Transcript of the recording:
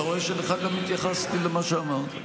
אתה רואה שלך גם התייחסתי למה שאמרת.